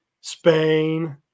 Spain